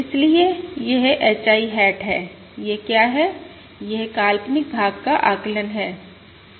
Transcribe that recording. इसलिए यह H I hat है यह क्या है यह काल्पनिक भाग का आकलन है